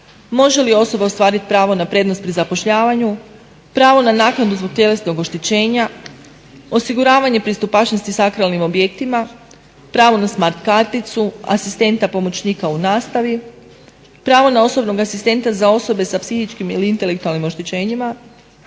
može li osoba ostvariti pravo na prednost pri zapošljavanju, pravo na naknadu zbog tjelesnog oštećenja, osiguravanje pristupačnosti sakralnim objektima, pravo na smart karticu, asistenta pomoćnika u nastavi, pravo na osobnog asistenta za osobe sa psihičkim ili intelektualnim oštećenjima,